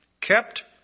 Kept